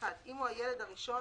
היום יום רביעי,